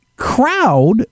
crowd